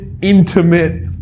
intimate